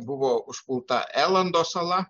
buvo užpulta elando sala